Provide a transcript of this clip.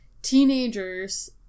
Teenagers